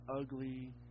ugly